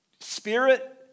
spirit